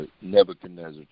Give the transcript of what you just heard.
Nebuchadnezzar